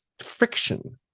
friction